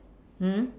mm